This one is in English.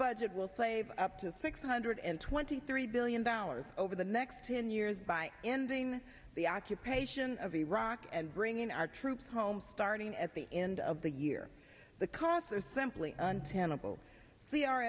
budget will save up to six hundred and twenty three billion dollars over the next ten years by ending the occupation of iraq and bringing our troops home starting at the end of the year the costs are simply untenable